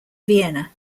vienna